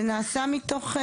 זה נעשה מתוך,